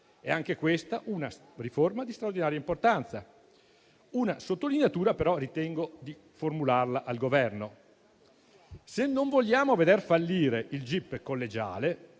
È anche questa una riforma di straordinaria importanza. Una sottolineatura, però, ritengo di formularla al Governo: se non vogliamo veder fallire il gip collegiale,